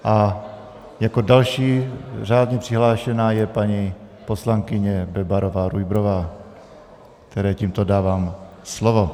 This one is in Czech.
A jako další řádně přihlášená je paní poslankyně Bebarová Rujbrová, které tímto dávám slovo.